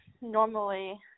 normally